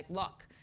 look,